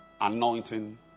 anointing